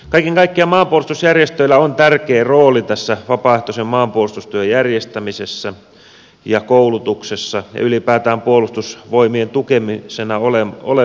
kaiken kaikkiaan maanpuolustusjärjestöillä on tärkeä rooli tässä vapaaehtoisen maanpuolustustyön järjestämisessä ja koulutuksessa ja ylipäätään puolustusvoimien tukena olemisessa